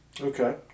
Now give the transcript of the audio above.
Okay